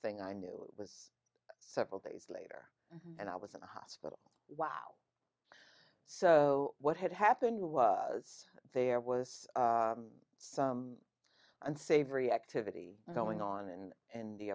thing i knew it was several days later and i was in the hospital wow so what had happened was there was some unsavory activity going on and in the